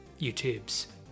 YouTubes